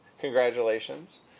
congratulations